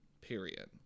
Period